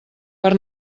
per